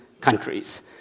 countries